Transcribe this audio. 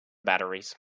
batteries